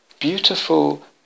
beautiful